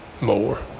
more